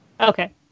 Okay